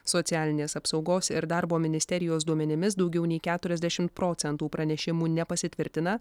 socialinės apsaugos ir darbo ministerijos duomenimis daugiau nei keturiasdešimt procentų pranešimų nepasitvirtina